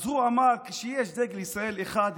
אז הוא אמר: כשיש דגל ישראל אחד,